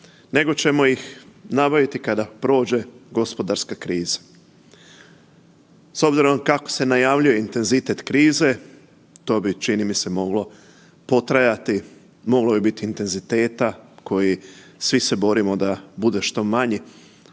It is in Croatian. nego ćemo ih nabaviti kada prođe gospodarska kriza". S obzirom kako se najavljuje intenzitet krize, to bi, čini mi se, moglo potrajati, moglo bi biti intenziteta, koji, svi se borimo da bude što manji.